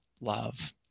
love